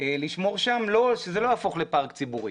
לשמור שזה לא יהפוך לפארק ציבורי.